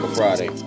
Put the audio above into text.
Friday